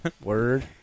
Word